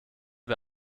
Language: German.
wir